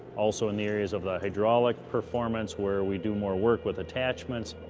also, in the areas of the hydraulic performance where we do more work with attachments.